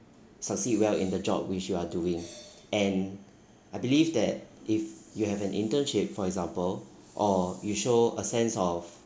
succeed well in the job which you are doing and I believe that if you have an internship for example or you show a sense of